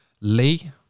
Lee